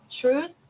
truth